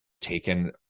taken